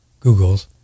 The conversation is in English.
Googles